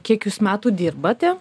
kiek jūs metų dirbate